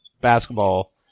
basketball